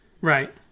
Right